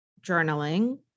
journaling